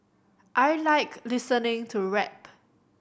I like listening to rap